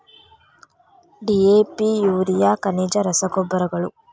DAP urea ಖನಿಜ ರಸಗೊಬ್ಬರಗಳು